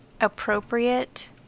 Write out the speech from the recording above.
appropriate